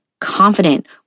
confident